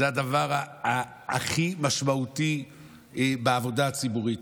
זה הדבר הכי משמעותי בעבודה הציבורית.